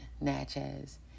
Natchez